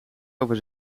over